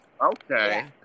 Okay